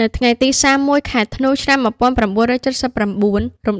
នៅថ្ងៃទី ៣១ ខែធ្នូ ឆ្នាំ ១៩៧៩ រំ